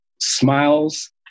smiles